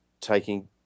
taking